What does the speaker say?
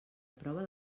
prova